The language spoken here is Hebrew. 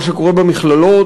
מה שקורה במכללות,